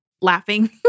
laughing